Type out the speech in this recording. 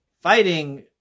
fighting